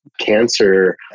cancer